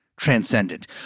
transcendent